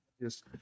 Yes